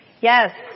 Yes